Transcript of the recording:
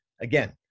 again